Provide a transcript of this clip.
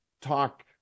talk